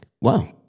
Wow